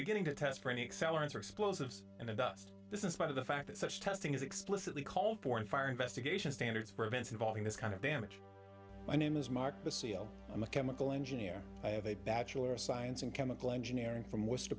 beginning to test for any accelerants or explosives in the dust this in spite of the fact that such testing is explicitly called for in fire investigation standards for events involving this kind of damage my name is mark the c e o i'm a chemical engineer i have a bachelor of science in chemical engineering from worcester